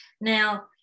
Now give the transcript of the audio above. Now